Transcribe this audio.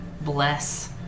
Bless